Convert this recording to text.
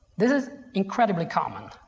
this is incredibly common.